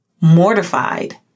mortified